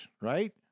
Right